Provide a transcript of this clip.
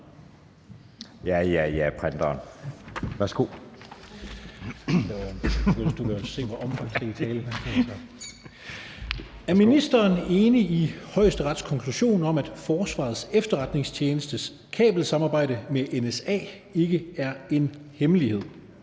Steffen Larsen (LA): Er ministeren enig i Højesterets konklusion om, at Forsvarets Efterretningstjenestes kabelsamarbejde med NSA ikke er en hemmelighed?